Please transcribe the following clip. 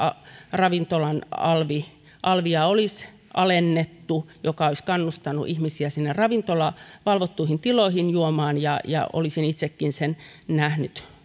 ravintolan alvia olisi alennettu mikä olisi kannustanut ihmisiä ravintolan valvottuihin tiloihin juomaan ja ja olisin itsekin sen nähnyt